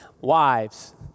Wives